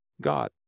God